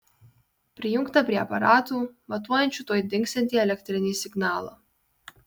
prijungta prie aparatų matuojančių tuoj dingsiantį elektrinį signalą